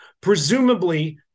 Presumably